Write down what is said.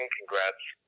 Congrats